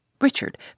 Richard